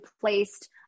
placed